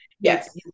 Yes